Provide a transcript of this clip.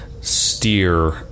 steer